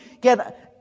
get